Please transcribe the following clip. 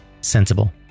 sensible